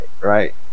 right